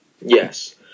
Yes